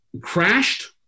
crashed